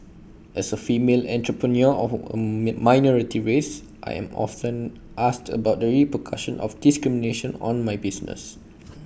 as A female entrepreneur of A minority race I am often asked about the repercussion of discrimination on my business